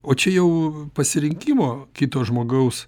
o čia jau pasirinkimo kito žmogaus